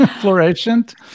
fluorescent